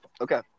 Okay